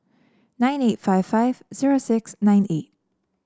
nine eight five five zero six nine eight